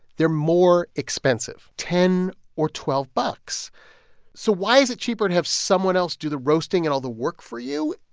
they're more expensive ten or twelve bucks so why is it cheaper to have someone else do the roasting and all the work for you?